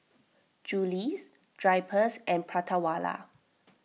Julie's Drypers and Prata Wala